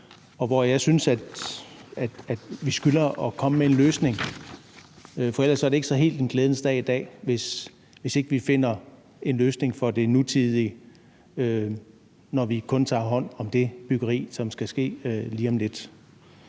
og hvor jeg synes, at vi skylder at komme med en løsning; for det er ikke så helt en glædens dag i dag, hvis ikke vi finder en løsning for det igangværende byggeri, hvis vi kun tager hånd om det byggeri, der skal ske lige om lidt.